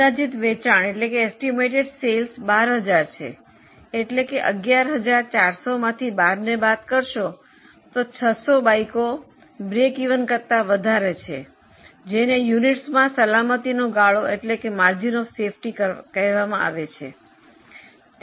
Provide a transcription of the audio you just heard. અંદાજી વેચાણ 12000 છે એટલે કે 11400 માંથી 12 ને બાદ કરશો તો 600 બાઇકો સમતૂર કરતા વધારે છે જેને એકમોમાં સલામતી નો ગાળો કહેવામાં આવે છે